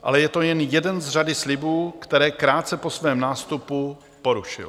Ale je to jen jeden z řady slibů, které krátce po svém nástupu porušil.